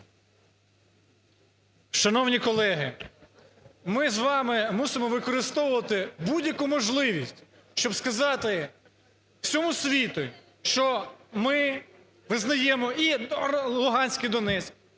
Шановні колеги, ми з вами мусимо використовувати будь-яку можливість, щоб сказати всьому світу, що ми визнаємо і Луганськ, і Донецьк,